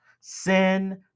Sin